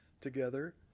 together